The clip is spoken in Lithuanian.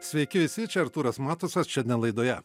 sveiki visi čia artūras matusas čia laidoje